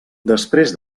després